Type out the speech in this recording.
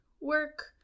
work